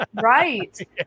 right